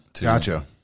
Gotcha